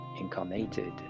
incarnated